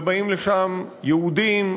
ובאים לשם יהודים,